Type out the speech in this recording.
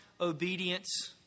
obedience